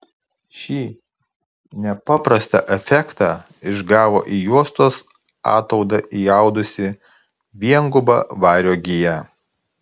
šį nepaprastą efektą išgavo į juostos ataudą įaudusi viengubą vario giją